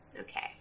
Okay